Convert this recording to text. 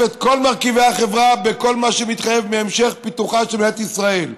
את כל מרכיבי החברה בכל מה שמתחייב מהמשך פיתוחה של מדינת ישראל.